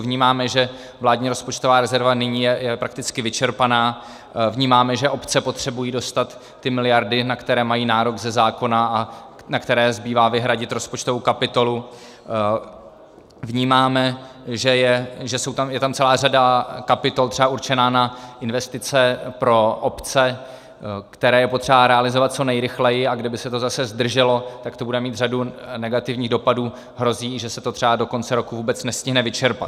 Vnímáme, že vládní rozpočtová rezerva nyní je prakticky vyčerpaná, vnímáme, že obce potřebují dostat ty miliardy, na které mají nárok ze zákona a na které zbývá vyhradit rozpočtovou kapitolu, vnímáme, že je tam celá řada kapitol třeba určených na investice pro obce, které je potřeba realizovat co nejrychleji, a kdyby se to zase zdrželo, tak to bude mít řadu negativních dopadů a hrozí, že se to třeba do konce roku nestihne vůbec vyčerpat.